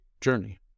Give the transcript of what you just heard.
journey